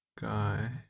guy